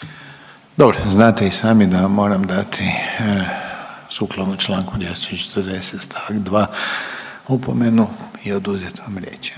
**Reiner, Željko (HDZ)** Dobro, znate i sami da vam moram dati sukladno čl. 240 st. 2 opomenu i oduzeti vam riječ,